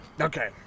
Okay